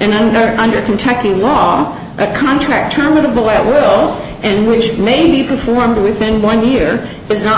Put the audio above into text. and under under kentucky off a contract term of the will and which may be performed within one year is not